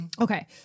Okay